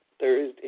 Thursday